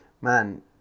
Man